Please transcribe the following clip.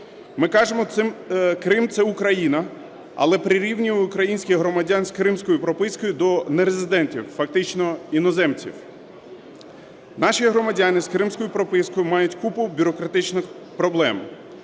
Ми кажемо, Крим – це Україна, але прирівнюємо українських громадян з кримською пропискою до нерезидентів, фактично іноземців. Наші громадяни з кримською пропискою мають купу бюрократичних проблем.